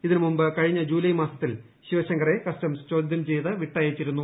ഇതിനു മുൻപ് കഴിഞ്ഞ ജൂലൈ മാസത്തിൽ ശിവശങ്കറെ കസ്റ്റംസ് ചോദ്യം ചെയ്ത് വിട്ടയച്ചിരുന്നു